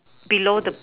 below the